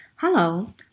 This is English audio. Hello